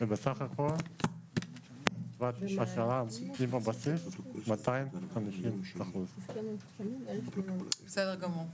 בסך הכול קצבת השר"מ עם הבסיס זה 250%. בסדר גמור.